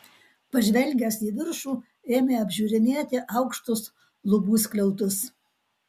pažvelgęs į viršų ėmė apžiūrinėti aukštus lubų skliautus